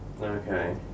Okay